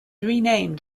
renamed